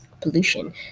pollution